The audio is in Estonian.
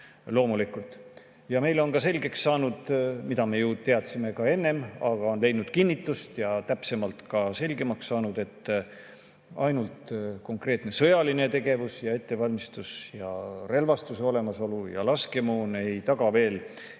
Meile on selgeks saanud, mida me ju teadsime ka enne, aga on leidnud kinnitust ja täpsemalt selgemaks saanud, et ainult konkreetne sõjaline tegevus ja ettevalmistus ning relvastuse olemasolu ja laskemoon ei taga veel edukat